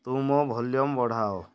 ତୁମ ଭଲ୍ୟୁମ୍ ବଢ଼ାଅ